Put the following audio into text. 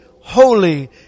holy